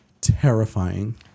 terrifying